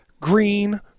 green